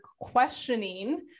questioning